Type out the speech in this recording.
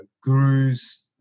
gurus